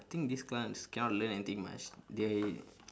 I think this class cannot learn anything much they